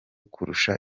kurusha